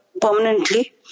permanently